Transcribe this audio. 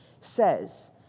says